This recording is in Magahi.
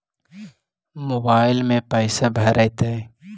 मोबाईल में पैसा भरैतैय?